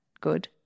good